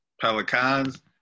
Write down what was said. Pelicans